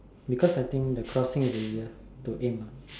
because I think the crossing is easier to aim ah